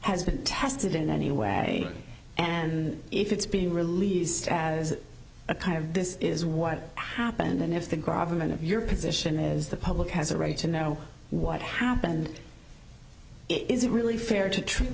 has been tested in any way and if it's being released as a kind of this is what happened then if the government of your position is the public has a right to know what happened it isn't really fair to treat